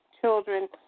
children